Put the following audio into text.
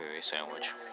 sandwich